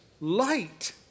light